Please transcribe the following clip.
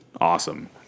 awesome